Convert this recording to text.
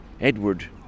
Edward